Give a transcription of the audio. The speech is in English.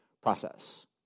process